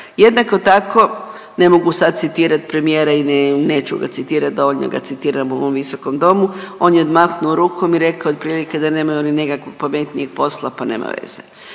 Jednako tako ne mogu sad citirat premijera i neću ga citirat, dovoljno ga citiram u ovom visokom domu, on je odmahnu rukom i rekao od prilike da nemaju oni nekakvog pametnijeg posla pa nema veze.